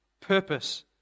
purpose